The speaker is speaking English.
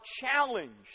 challenged